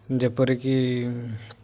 ଯେପରିକି